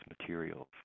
materials